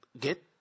get